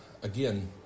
again